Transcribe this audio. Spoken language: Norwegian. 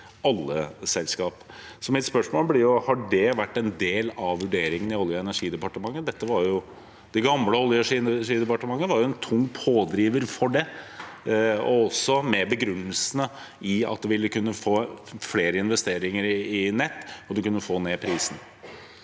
alle selskap. Mitt spørsmål blir: Har dette vært en del av vurderingen i Olje- og energidepartementet? Det gamle Oljeog energidepartementet var jo en tung pådriver for det, også med den begrunnelse at det kunne gi flere investeringer i nett, og at man kunne få ned prisen.